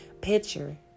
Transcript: picture